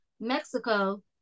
Mexico